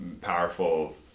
powerful